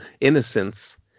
innocence